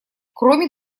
кроме